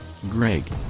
Greg